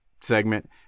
segment